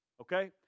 Okay